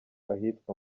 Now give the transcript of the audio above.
ahitwa